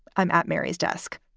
i'm at mary's desk.